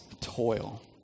toil